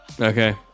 okay